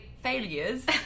failures